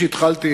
חברי הכנסת,